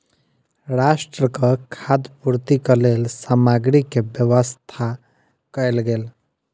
राष्ट्रक खाद्य पूर्तिक लेल सामग्री के व्यवस्था कयल गेल